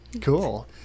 Cool